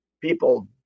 people